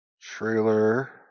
Trailer